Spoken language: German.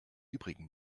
übrigen